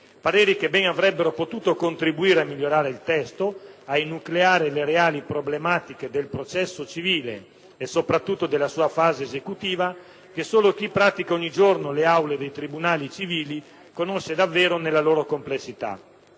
pareri che ben avrebbero potuto contribuire a migliorare il testo, a enucleare le reali problematiche del processo civile, e soprattutto della sua fase esecutiva, che solo chi pratica ogni giorno le aule dei tribunali civili conosce davvero, nella loro complessità.